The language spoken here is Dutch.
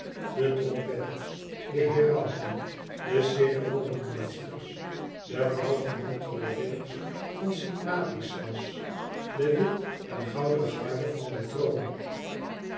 de trompetters de herauten de ceremoniemeesters de blauwgemantelde ridders van st ladislas de wit en gouden garde van den troon